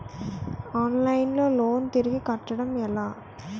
Online లో loan తిరిగి కట్టడం ఎలా?